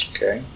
Okay